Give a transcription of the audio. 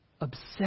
obsessed